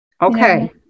okay